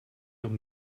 noch